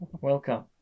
Welcome